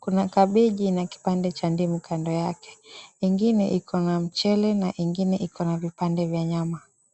kuna kabeji na kipande cha ndimu kando yake ingine ikona mchele na ingine ikona vipande vya nyama.